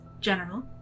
General